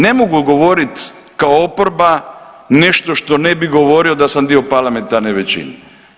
Ne mogu govoriti kao oporba nešto što ne bi govorio da sam dio parlamentarne većine.